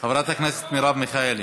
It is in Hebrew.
חברת הכנסת מרב מיכאלי,